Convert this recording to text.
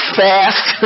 fast